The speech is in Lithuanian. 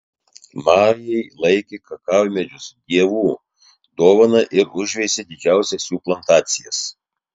majai laikė kakavmedžius dievų dovana ir užveisė didžiausias jų plantacijas